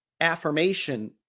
affirmation